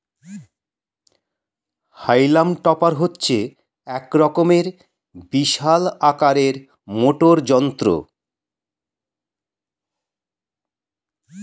হাইলাম টপার হচ্ছে এক রকমের বিশাল আকারের মোটর যন্ত্র